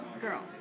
girl